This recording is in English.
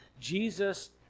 Jesus